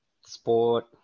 sport